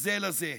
זה לזה,